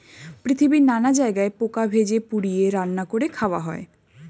পৃথিবীর নানা জায়গায় পোকা ভেজে, পুড়িয়ে, রান্না করে খাওয়া হয়